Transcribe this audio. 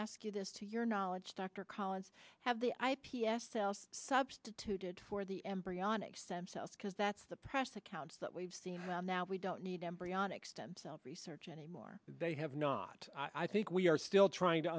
ask you this to your knowledge dr collins have the i p s cells substituted for the embryonic stem cells because that's the press accounts that we've seen now we don't need embryonic stem cell research anymore they have not i think we are still trying to